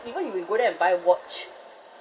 even if you go there and buy watch